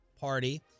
party